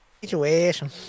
Situation